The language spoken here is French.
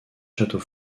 château